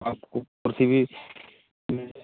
आपको कुर्सी भी मिल जाएगी